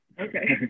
Okay